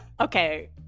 okay